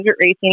racing